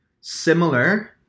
Similar